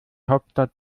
hauptstadt